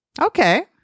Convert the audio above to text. Okay